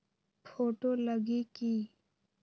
Photo लगी कि?